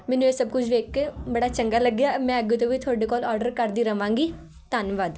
ਮੈਨੂੰ ਇਹ ਸਭ ਕੁਝ ਵੇਖ ਕੇ ਬੜਾ ਚੰਗਾ ਲੱਗਿਆ ਮੈਂ ਅੱਗੇ ਤੋਂ ਵੀ ਤੁਹਾਡੇ ਕੋਲ ਔਡਰ ਕਰਦੀ ਰਹਾਂਗੀ ਧੰਨਵਾਦ